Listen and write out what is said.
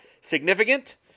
significant